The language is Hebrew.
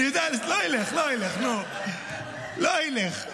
לא ילך, לא ילך, נו, לא ילך.